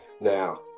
Now